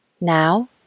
Now